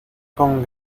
con